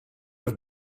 have